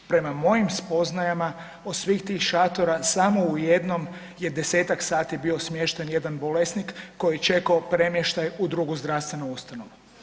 Prema mojim spoznajama od svih tih šatora samo u jednom je 10-tak sati bio smješten jedan bolesnik koji je čekao premještaj u drugu zdravstvenu ustanovu.